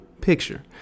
picture